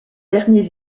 dernier